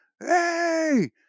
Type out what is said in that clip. hey